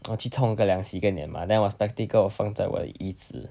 我去冲一个凉洗个脸 mah then 我 spectacle 我放在我的椅子